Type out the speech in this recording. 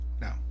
now